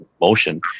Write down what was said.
motion